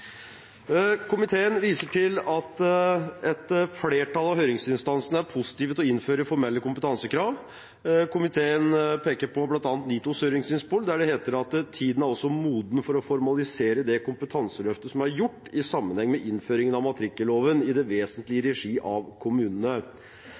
Komiteen viser til at et flertall av høringsinstansene er positive til å innføre formelle kompetansekrav. Komiteen peker på bl.a. NITOs høringsinnspill, der det heter at tiden er moden for å formalisere det kompetanseløftet som er gjort i sammenheng med innføringen av matrikkelloven, i det vesentlige